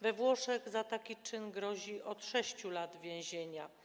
We Włoszech za taki czyn grozi od 6 lat więzienia.